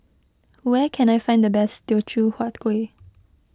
where can I find the best Teochew Huat Kueh